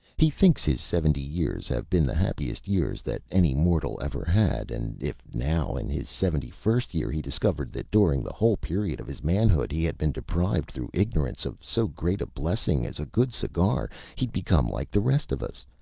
he thinks his seventy years have been the happiest years that any mortal ever had, and if now in his seventy-first year he discovered that during the whole period of his manhood he had been deprived through ignorance of so great a blessing as a good cigar, he'd become like the rest of us,